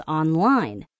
online